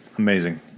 Amazing